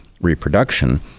reproduction